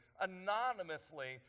anonymously